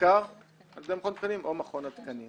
מוכר על ידי מכון התקנים או מכון התקנים.